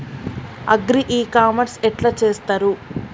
Agri e commerce ఎట్ల చేస్తరు?